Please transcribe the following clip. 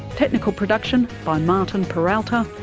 technical production by martin peralta,